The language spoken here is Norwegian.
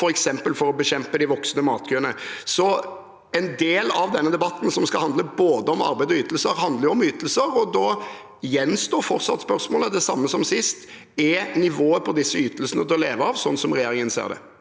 f.eks. for å bekjempe de voksende matkøene. Så en del av denne debatten som skal handle om både arbeid og ytelser, handler om ytelser. Da gjenstår fortsatt spørsmålet – det samme som sist: Er nivået på disse ytelsene til å leve av, sånn som regjeringen ser det?